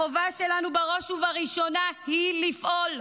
החובה שלנו בראש ובראשונה היא לפעול,